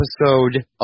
episode